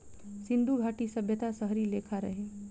सिन्धु घाटी सभ्यता शहरी लेखा रहे